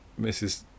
Mrs